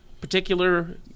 particular